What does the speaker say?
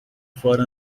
fora